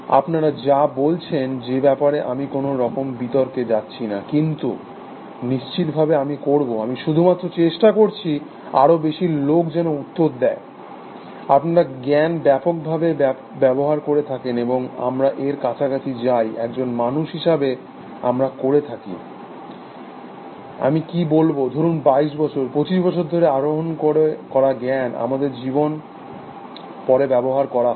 আপনার যা বলছেন সে ব্যাপারে আমি কোনো রকম বিতর্কে যাচ্ছি না কিন্তু নিশ্চিতভাবে আমি করব আমি শুধুমাত্র চেষ্টা করছি আরো বেশি লোক যেন উত্তর দেয় আপনারা জ্ঞাণ ব্যাপকভাবে ব্যবহার করে থাকেন এবং আমরা এর কাছাকাছি যাই একজন মানুষ হিসাবে আমরা করে থাকি আমি কি বলব ধরুণ বাইশ বছর পঁচিশ বছর ধরে আহোরণ করা জ্ঞাণ আমাদের জীবনে পরে ব্যবহার করা হবে